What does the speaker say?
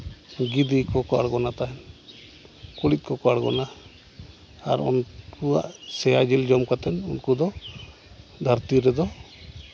ᱜᱤᱫᱤ ᱠᱚᱠᱚ ᱟᱬᱜᱚᱱᱟ ᱛᱟᱦᱮᱱ ᱠᱩᱬᱤᱫ ᱠᱚᱠᱚ ᱟᱬᱜᱚᱱᱟ ᱟᱨ ᱩᱱᱠᱩᱣᱟᱜ ᱥᱮᱭᱟ ᱡᱤᱞ ᱡᱚᱢ ᱠᱟᱛᱮ ᱩᱱᱠᱩ ᱫᱚ ᱫᱷᱟᱹᱨᱛᱤ ᱨᱮᱫᱚ